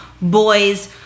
boy's